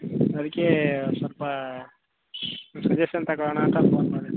ಅದಕ್ಕೆ ಸ್ವಲ್ಪ ಸಜೆಶನ್ ತಗೊಳಣ ಅಂತ ಫೋನ್ ಮಾಡಿದ್ದು